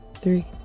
Three